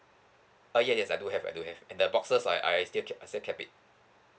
uh yes yes I do have I do have and the boxes I I still kept I still kept it